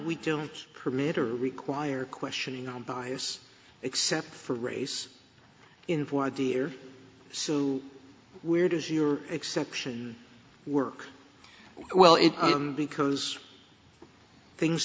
we didn't permit or require questioning on bias except for race in for deer so where does your exception work well in because things